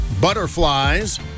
butterflies